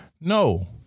No